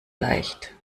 leicht